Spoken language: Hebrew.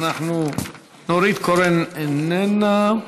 חברת הכנסת נורית קורן, איננה.